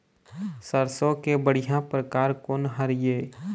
सरसों के बढ़िया परकार कोन हर ये?